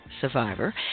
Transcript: survivor